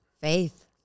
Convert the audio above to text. Faith